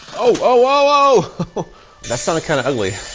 oh oh oh! that sounded kind of ugly.